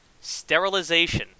Sterilization